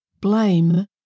blame